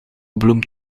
bloem